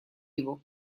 его